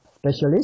Specialist